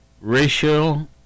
racial